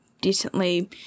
decently